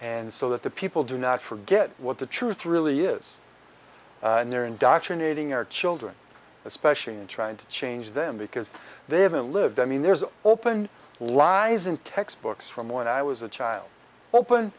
and so that the people do not forget what the truth really is in their indoctrinating our children especially in trying to change them because they haven't lived i mean there's open lies in textbooks from when i was a child open